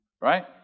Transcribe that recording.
right